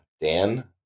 Dan